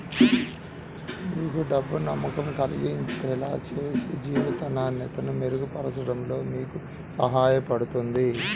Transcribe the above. మీకు డబ్బు నమ్మకం కలిగించేలా చేసి జీవిత నాణ్యతను మెరుగుపరచడంలో మీకు సహాయపడుతుంది